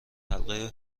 حلقه